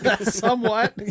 somewhat